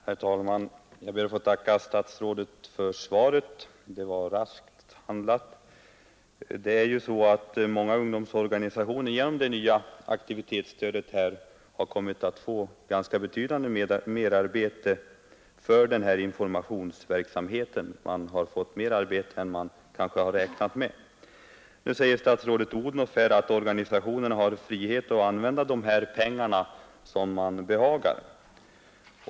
Herr talman! Jag ber att få tacka statsrådet för svaret. Det var raskt handlat. Det är ju så att många ungdomsorganisationer genom det nya aktivitetsstödet kommit att få ganska betydande merarbete för denna informationsverksamhet. Man har fått mera arbete än man hade räknat med. Statsrådet fru Odhnoff säger att organisationerna har frihet att använda dessa pengar som man behagar.